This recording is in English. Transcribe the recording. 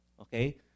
Okay